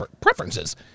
preferences